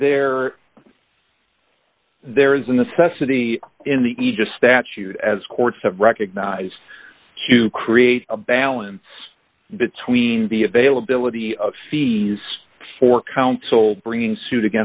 there there is a necessity in the ija statute as courts have recognized to create a balance between the availability of fees for counsel bringing suit